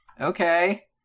Okay